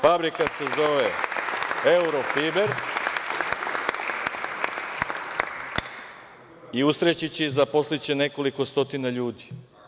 Fabrika se zove „Eurofiber“ i usrećiće i zaposliće nekoliko stotina ljudi.